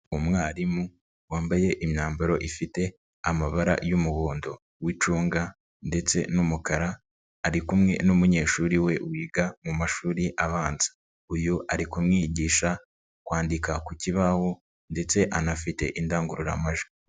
Umwarimu wambaye imyambaro ifite amabara y'umuhondo w'icunga ndetse n'umukara, ari kumwe n'umunyeshuri we wiga mu mashuri abanza, uyu ari kumwigisha kwandika ku kibaho ndetse anafite indangururamajwi.